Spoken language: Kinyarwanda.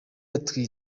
ati